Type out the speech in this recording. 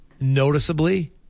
noticeably